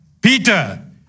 Peter